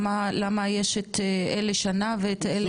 למה יש את אלה שנה ואת אלה חצי שנה?